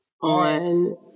on